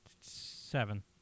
Seven